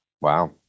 Wow